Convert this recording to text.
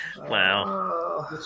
Wow